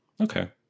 Okay